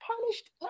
punished